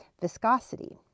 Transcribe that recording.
viscosity